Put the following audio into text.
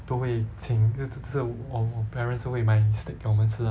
都会请就就是我我 parents 都会买 steak 给我们吃 lah